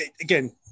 again